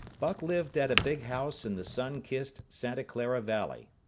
buck lived at a big house in the sun-kissed santa clara valley.